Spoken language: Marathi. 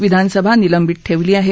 विधानसभा निलंबित ठेवली आहे